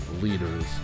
leaders